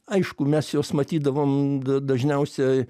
aišku mes juos matydavom dažniausiai